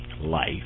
life